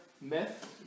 myth